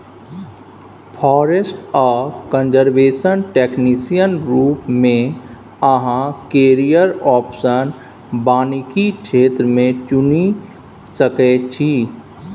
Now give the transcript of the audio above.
forest आ conservation technician रुप मे अहाँ कैरियर आप्शन बानिकी क्षेत्र मे चुनि सकै छी